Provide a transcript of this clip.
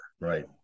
Right